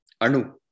Anu